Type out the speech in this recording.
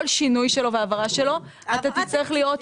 כל שינוי שלו והעברה שלו אתה תצטרך להיות כאן.